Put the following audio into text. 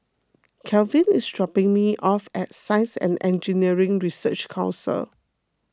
Kelvin is dropping me off at Science and Engineering Research Council